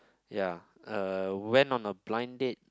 ya uh went on a blind date